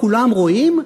כולם רואים,